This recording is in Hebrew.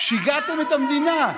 שיגעתם את המדינה.